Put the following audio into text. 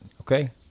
okay